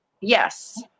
Yes